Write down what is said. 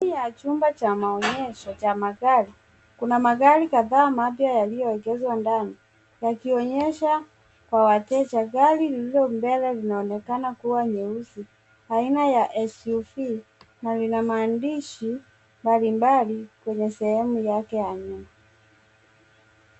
Ndani ya chumba cha maonyesho ya magari kuna magari kadhaa yaliyoegeshwa ndani yakionyesha kwa wateja. Gari lililo mbele linaonekana kuwa nyeusi aina ya SUV na lina maandishi mbalimbali kwenye sehemu yake ya nyuma.